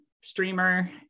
streamer